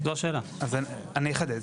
אז אני אחדד.